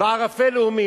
וערפל לְאֻמים".